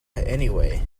anyway